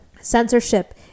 censorship